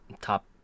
top